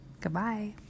Goodbye